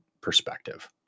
perspective